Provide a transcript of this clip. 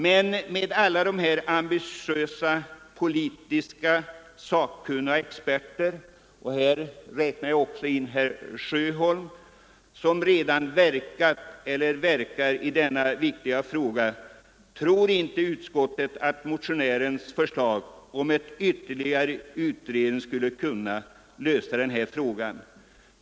Men med hänsyn till att så många ambitiösa politiska sakkunniga och experter — och dit räknar jag också herr Sjöholm — redan verkat eller verkar på detta viktiga område tror inte utskottet att motionärens förslag om ytterligare en utredning skulle kunna lösa det här problemet.